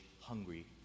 hungry